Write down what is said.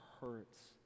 hurts